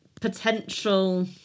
potential